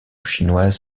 chinoise